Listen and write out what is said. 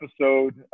episode